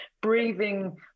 breathing